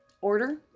order